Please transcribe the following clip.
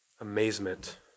amazement